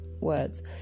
words